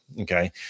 okay